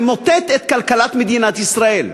למוטט את כלכלת מדינת ישראל.